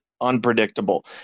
unpredictable